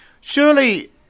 Surely